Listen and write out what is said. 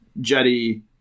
Jetty